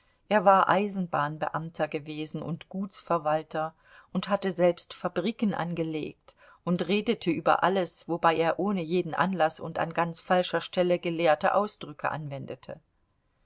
er war eisenbahnbeamter gewesen und gutsverwalter und hatte selbst fabriken angelegt und redete über alles wobei er ohne jeden anlaß und an ganz falscher stelle gelehrte ausdrücke anwendete